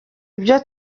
ibyo